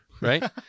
right